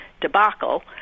debacle